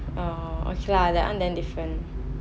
orh okay lah that one then different